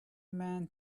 man